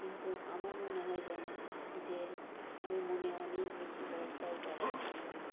কিন্তু আমার মনে হয় যেন যে আমি মনে অনেক বেশি বল পাই বাবার জন্যই